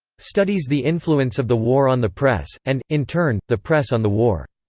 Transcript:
studies the influence of the war on the press, and, in turn, the press on the war.